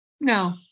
No